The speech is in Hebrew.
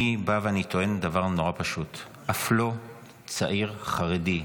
אני בא וטוען דבר נורא פשוט: אף לא צעיר חרדי,